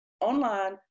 online